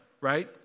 right